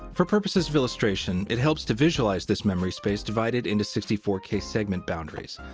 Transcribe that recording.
for purposes of illustration, it helps to visualize this memory space divided into sixty four k segment boundaries.